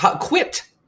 Quit